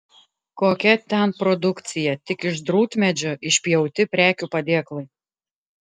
kokia ten produkcija tik iš drūtmedžio išpjauti prekių padėklai